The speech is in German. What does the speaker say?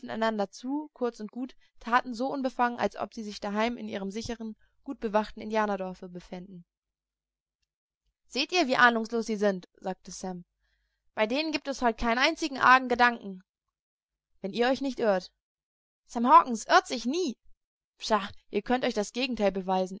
einander zu kurz und gut taten so unbefangen als ob sie sich daheim in ihrem sichern gut bewachten indianerdorfe befänden seht ihr wie ahnungslos sie sind sagte sam bei denen gibt es heut keinen einzigen argen gedanken wenn ihr euch nicht irrt sam hawkens irrt sich nie pshaw ich könnte euch das gegenteil beweisen